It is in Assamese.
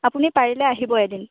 আপুনি পাৰিলে আহিব এদিন